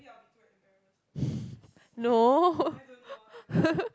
no